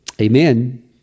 Amen